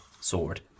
sword